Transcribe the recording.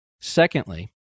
Secondly